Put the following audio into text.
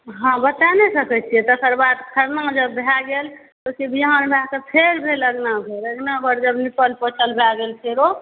हाँ बता नहि सकैत छियै तकर बाद खरना जब भाए गेल ओहि के बिहान भाए कऽ फेर भेल अङ्गना घर अङ्गना घर जब नीपल पोतल भए गेल फेरो